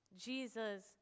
Jesus